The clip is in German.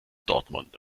dortmund